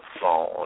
phone